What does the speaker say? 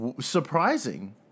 surprising